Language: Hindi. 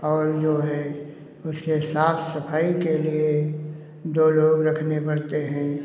और जो है उसके साफ सफाई के लिए दो लोग रखने पड़ते हैं